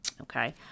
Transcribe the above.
okay